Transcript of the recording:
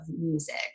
music